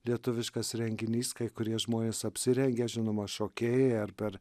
lietuviškas renginys kai kurie žmonės apsirengia žinoma šokėjai ar per